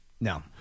No